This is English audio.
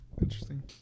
Interesting